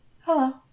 Hello